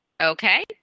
okay